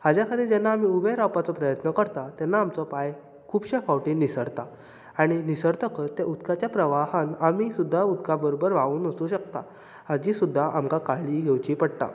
हाचे खातीर जेन्ना आमी उबें रावपाचो प्रयत्न करतात तेन्ना आमचो पांय खुबशे फावटीं निसरता आनी निसरतकच त्या उदकाच्या प्रवाहान आमी सुद्दां उदका बरोबर व्हांवून वचूं शकतात हाची सुद्दां आमकां काळजी घेवची पडटा